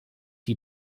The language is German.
die